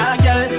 girl